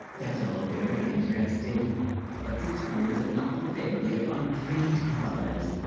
that's all very interesting but this school does not look favorably upon grade-grubbers